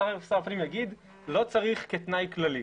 שר הפנים יגיד שלא צריך כתנאי כללי,